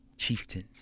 chieftains